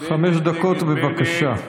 חמש דקות, בבקשה.